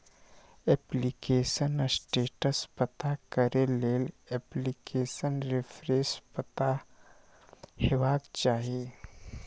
application status पता करै लेल एप्लीकेशन रेफरेंस पता हेबाक चाही